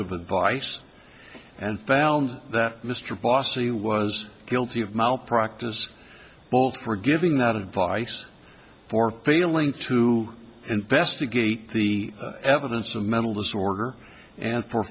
of advice and found that mr bossie was guilty of malpractise both for giving that advice for failing to investigate the evidence of mental disorder and for